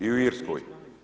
I u Irskoj.